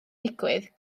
digwydd